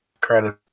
credit